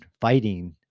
fighting